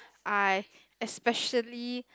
I especially